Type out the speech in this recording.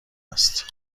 است